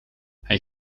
hij